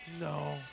No